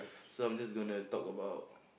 so I'm just gonna talk about